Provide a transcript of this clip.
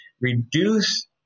reduce